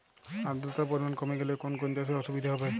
আদ্রতার পরিমাণ কমে গেলে কোন কোন চাষে অসুবিধে হবে?